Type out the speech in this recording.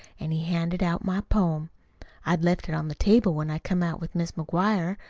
an' he handed out my poem i'd left it on the table when i come out with mis' mcguire.